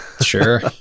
sure